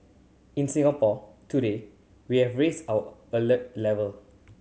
in Singapore today we have raised our alert level